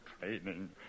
training